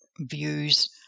views